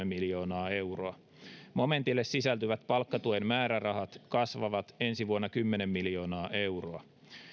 miljoonaa euroa momentille sisältyvät palkkatuen määrärahat kasvavat ensi vuonna kymmenen miljoonaa euroa